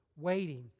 waiting